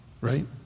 Right